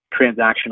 transactional